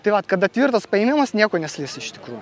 tai vat kada tvirtas paėmimas nieko neslys iš tikrųjų